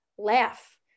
Laugh